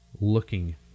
looking